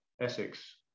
Essex